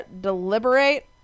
deliberate